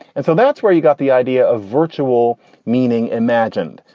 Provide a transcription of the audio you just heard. and so that's where you got the idea of virtual meaning imagined.